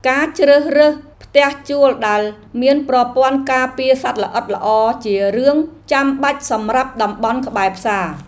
ការជ្រើសរើសផ្ទះជួលដែលមានប្រព័ន្ធការពារសត្វល្អិតល្អជារឿងចាំបាច់សម្រាប់តំបន់ក្បែរផ្សារ។